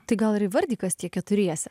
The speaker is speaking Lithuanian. tai gal ir įvardyk kas tie keturiese